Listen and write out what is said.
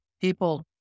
People